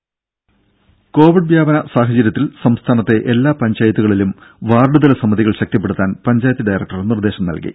രും കോവിഡ് വ്യാപന സാഹചര്യത്തിൽ സംസ്ഥാനത്തെ എല്ലാ പഞ്ചായത്തുകളിലും വാർഡ് തല സമിതികൾ ശക്തിപ്പെടുത്താൻ പഞ്ചായത്ത് ഡയറക്ടർ നിർദേശം നൽകി